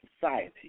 society